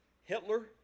Hitler